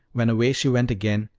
when away she went again,